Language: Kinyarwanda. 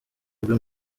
rwe